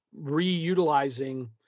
reutilizing